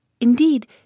Indeed